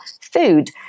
food